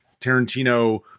Tarantino